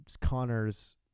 Connor's